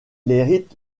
hérite